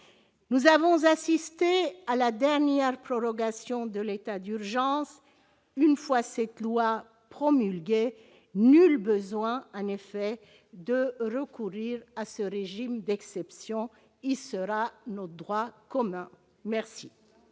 Nous avons assisté à la dernière prorogation de l'état d'urgence. Une fois cette loi promulguée, nul besoin en effet de recourir à ce régime d'exception : il sera devenu notre droit commun !